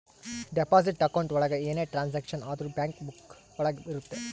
deposit account ಒಳಗ ಏನೇ transaction ಆದ್ರೂ ಬ್ಯಾಂಕ್ ಬುಕ್ಕ ಒಳಗ ಇರುತ್ತೆ